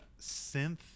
synth